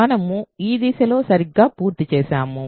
మనము ఈ దిశలో సరిగ్గా పూర్తి చేసాము